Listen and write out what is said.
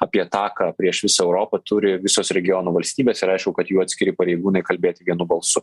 apie ataką prieš visą europą turi visos regiono valstybės ir aišku kad jų atskiri pareigūnai kalbėti vienu balsu